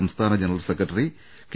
സംസ്ഥാന general secretary K